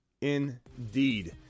indeed